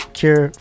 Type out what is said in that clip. cure